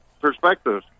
perspective